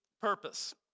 purpose